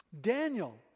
Daniel